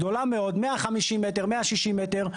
גדולה מאוד, 150 או 160 מ"ר.